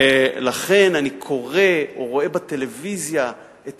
לכן, אני קורא או רואה בטלוויזיה את